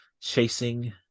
chasing